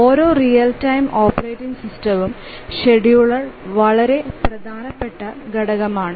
ഓരോ real time operating സിസ്റ്റവും scheduler വളരെ പ്രധാനപ്പെട്ട ഘടകമാണ്